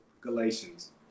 Galatians